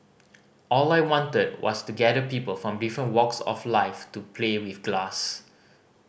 all I wanted was to gather people from different walks of life to play with glass